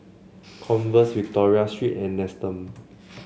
Converse Victoria Secret and Nestum